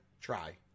try